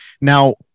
Now